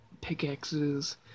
pickaxes